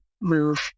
move